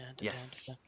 Yes